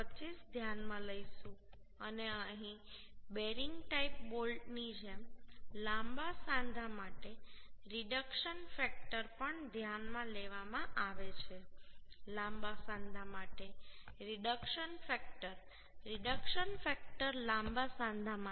25 ધ્યાનમાં લઈશું અને અહીં બેરિંગ ટાઈપ બોલ્ટની જેમ લાંબા સાંધા માટે રિડક્શન ફેક્ટર પણ ધ્યાનમાં લેવામાં આવે છે લાંબા સાંધા માટે રિડક્શન ફેક્ટર રિડક્શન ફેક્ટર લાંબા સાંધા માટે